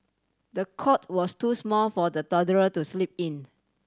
the cot was too small for the toddler to sleep in